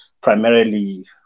primarily